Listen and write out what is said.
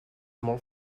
molt